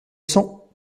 sens